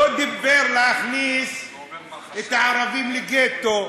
לא דיבר על להכניס את הערבים לגטו.